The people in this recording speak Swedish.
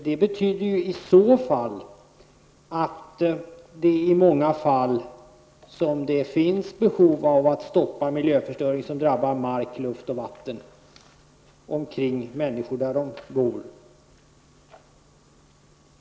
Det betyder i så fall att det i många fall finns behov av att stoppa en miljöförstöring som drabbar mark, luft och vatten omkring människor där de bor.